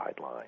guidelines